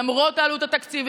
למרות שיש לזה עלות תקציבית,